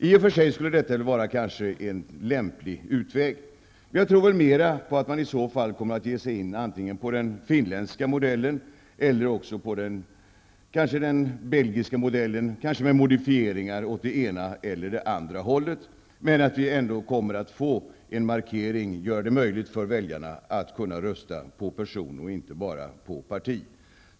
I och för sig skulle detta kanske vara en lämplig utväg, men jag tror väl mera på att man i så fall antingen ger sig in på den finländska modellen eller också på den belgiska, kanske med modifieringar åt det ena eller det andra hållet. Att vi ändå kommer att få en markering gör det möjligt för väljarna att kunna rösta på person och inte bara på parti.